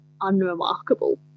unremarkable